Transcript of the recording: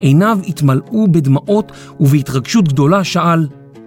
עיניו התמלאו בדמעות ובהתרגשות גדולה שאל